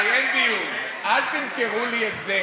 הרי אין דיון, אל תמכרו לי את זה